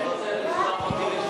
בבקשה.